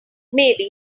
maybe